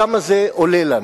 כמה זה עולה לנו.